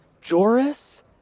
Joris